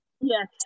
Yes